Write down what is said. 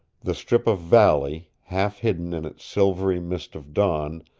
the strip of valley, half hidden in its silvery mist of dawn,